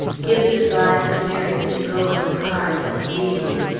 gibbes advised miriam to go on the cars this evening,